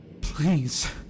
Please